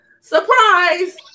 Surprise